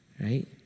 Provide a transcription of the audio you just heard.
Right